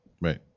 right